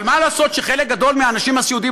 אבל מה לעשות שחלק גדול מהאנשים הסיעודיים